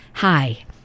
Hi